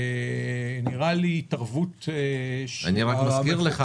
נראה לי התערבות --- צביקה,